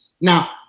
now